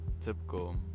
Typical